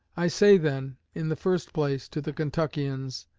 i say, then, in the first place, to the kentuckians,